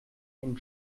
den